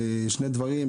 שני דברים,